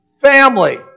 family